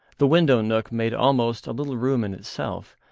the window nook made almost a little room in itself,